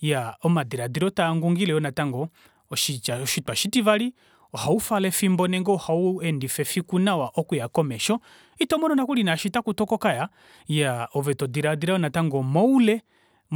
Iyaa omadilaadilo taangungile ngoo natango oshitwa oshitivali ohava twala efimbo ile ohaweedifa efiku nawa okuya okuya komesho itomono nokuli naashi takutoko kaya iyaa ove todilaadila yoo natango moule